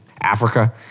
Africa